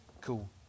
Cool